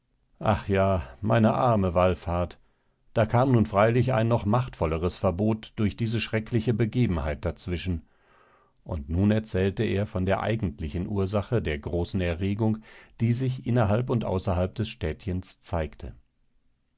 ach ja meine arme wallfahrt da kam nun freilich ein noch machtvolleres verbot durch diese schreckliche begebenheit dazwischen und nun erzählte er von der eigentlichen ursache der großen erregung die sich innerhalb und außerhalb des städtchens zeigte